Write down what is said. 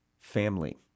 family